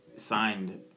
signed